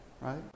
right